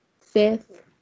fifth